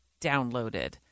downloaded